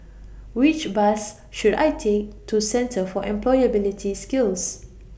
Which Bus should I Take to Centre For Employability Skills